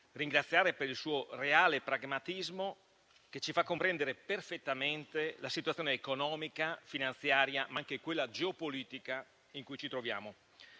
questa sede per il suo reale pragmatismo, che ci fa comprendere perfettamente la situazione economica e finanziaria, ma anche quella geopolitica in cui ci troviamo.